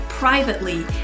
privately